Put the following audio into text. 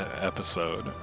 episode